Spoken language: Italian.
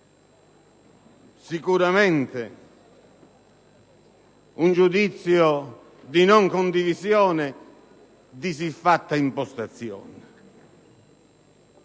sicuramente un giudizio di non condivisione di siffatta impostazione.